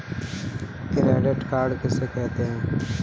Credit card किसे कहते हैं?